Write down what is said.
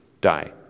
die